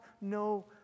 no